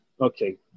Okay